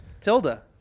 Tilda